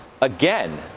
again